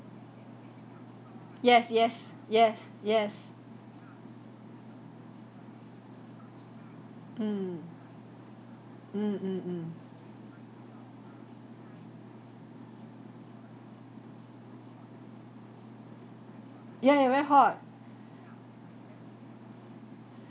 yes yes yes yes mm mm mm mm ya very hot